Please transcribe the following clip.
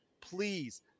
please